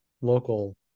local